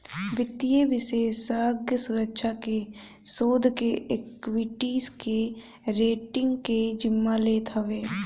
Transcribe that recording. वित्तीय विषेशज्ञ सुरक्षा के, शोध के, एक्वीटी के, रेटींग के जिम्मा लेत हवे